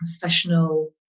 professional